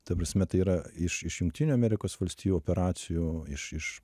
ta prasme tai yra iš iš jungtinių amerikos valstijų operacijų iš iš